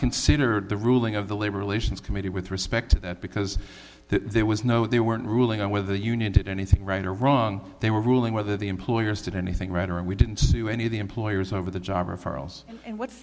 consider the ruling of the labor relations committee with respect to that because there was no they weren't ruling on whether the union did anything right or wrong they were ruling whether the employers to do anything right or and we didn't sue any of the employers over the job referrals and what